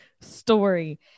story